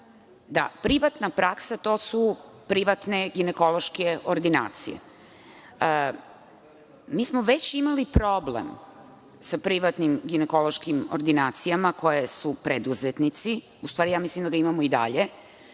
da privatna praksa, to su privatne ginekološke ordinacije. Mi smo već imali problem sa privatnim ginekološkim ordinacijama koje su preduzetnici, u stvari, mislim da ga imamo i dalje,